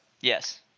Yes